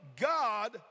God